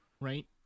right